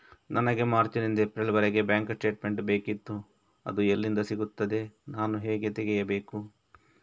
ನನಗೆ ಮಾರ್ಚ್ ನಿಂದ ಏಪ್ರಿಲ್ ವರೆಗೆ ಬ್ಯಾಂಕ್ ಸ್ಟೇಟ್ಮೆಂಟ್ ಬೇಕಿತ್ತು ಅದು ಎಲ್ಲಿಂದ ಸಿಗುತ್ತದೆ ನಾನು ಹೇಗೆ ತೆಗೆಯಬೇಕು?